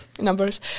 numbers